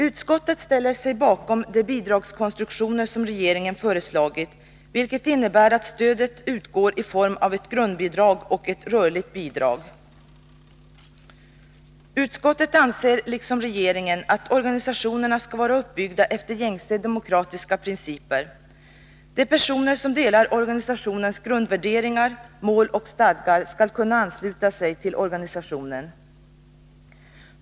Utskottet ställer sig bakom de bidragskonstruktioner som regeringen föreslagit, vilket innebär att stödet utgår i form av ett grundbidrag och ett rörligt bidrag. Utskottet anser liksom regeringen att organisationerna skall vara uppbyggda efter gängse demokratiska principer. De personer som delar organisationens grundvärderingar och accepterar dess mål och stadgar skall kunna ansluta sig till organisationen.